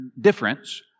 difference